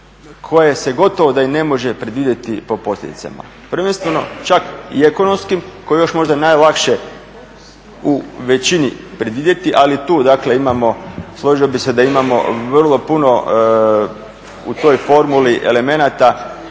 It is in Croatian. koje se gotovo da i ne može predvidjeti po posljedicama, prvenstveno čak i ekonomskim koje je još možda najlakše u većini predvidjeti, ali tu dakle imamo, složio bih se da imamo vrlo puno u toj formuli elemenata